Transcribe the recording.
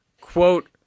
Quote